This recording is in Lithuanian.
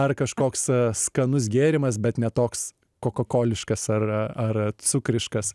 ar kažkoks skanus gėrimas bet ne toks kokakoliškas ar ar cukriškas